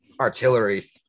artillery